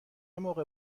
موقع